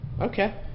Okay